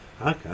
Okay